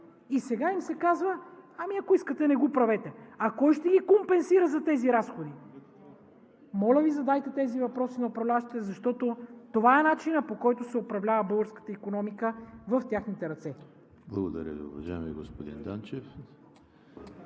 И сега им се казва: ами, ако искате, не го правете. А кой ще ги компенсира за тези разходи? Моля Ви, задайте тези въпроси на управляващите, защото това е начинът, по който се управлява българската икономика в техните ръце. ПРЕДСЕДАТЕЛ ЕМИЛ ХРИСТОВ: Благодаря Ви, уважаеми господин Данчев.